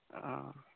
आ